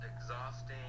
exhausting